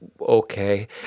okay